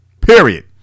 period